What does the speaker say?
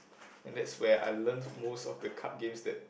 and that's where I learnt most of the card games that